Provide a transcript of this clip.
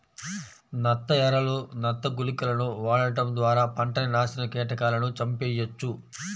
నత్త ఎరలు, నత్త గుళికలను వాడటం ద్వారా పంటని నాశనం కీటకాలను చంపెయ్యొచ్చు